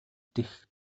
дэх